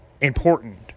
important